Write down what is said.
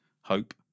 hope